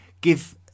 give